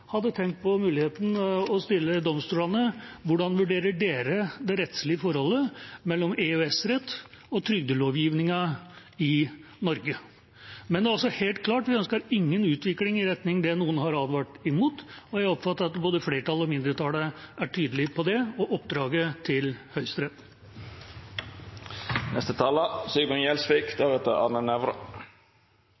hadde tenkt på muligheten for å spørre domstolene: Hvordan vurderer dere det rettslige forholdet mellom EØS-rett og trygdelovgivningen i Norge? Men det er altså helt klart at vi ikke ønsker noen utvikling i retning av det noen har advart mot, og jeg oppfatter at både flertallet og mindretallet er tydelige på det og på oppdraget til